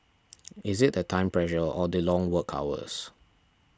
is it the time pressure or the long work hours